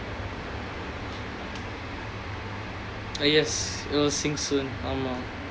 uh yes it will sink soon ஆமா:aamaa